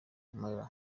mueller